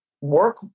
work